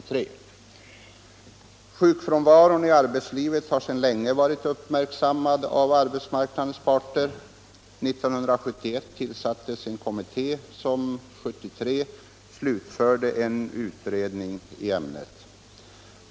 Sjukfrånvaron i arbetslivet har sedan länge blivit uppmärksammad av arbetsmarknadens parter. År 1971 tillsattes en kommitté, som 1973 slutförde en utredning i ämnet.